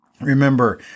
Remember